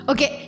Okay